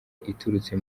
iturutse